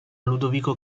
ludovico